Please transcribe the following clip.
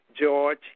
George